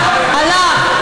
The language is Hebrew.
הלך, הלך.